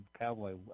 cowboy